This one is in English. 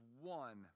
one